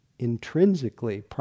intrinsically